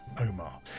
Omar